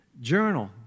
Journal